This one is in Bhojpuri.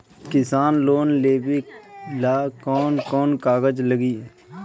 किसान लोन लेबे ला कौन कौन कागज लागि?